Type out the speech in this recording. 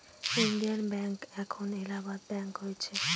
Indian bank এখন Allahabad bank হয়েছে